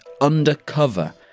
undercover